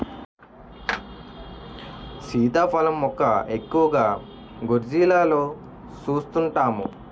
సీతాఫలం మొక్క ఎక్కువగా గోర్జీలలో సూస్తుంటాము